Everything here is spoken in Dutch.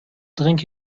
drink